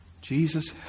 Jesus